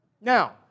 Now